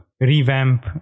revamp